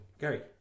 Gary